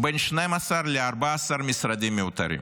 בין 12 ל-14 משרדים מיותרים.